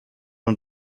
und